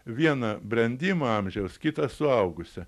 vieną brendimo amžiaus kitą suaugusią